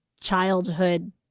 childhood